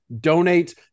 donate